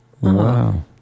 Wow